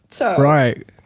Right